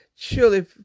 Surely